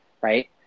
right